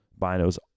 binos